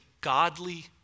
godly